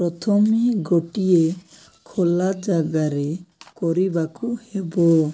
ପ୍ରଥମେ ଗୋଟିଏ ଖୋଲା ଜାଗାରେ କରିବାକୁ ହେବ